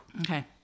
Okay